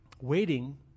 waiting